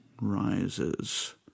rises